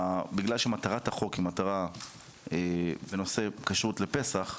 בגלל שמטרת החוק היא מטרה ונושא כשרות לפסח,